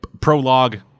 prologue